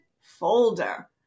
folder